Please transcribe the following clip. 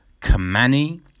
Kamani